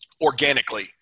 organically